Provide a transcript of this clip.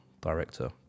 director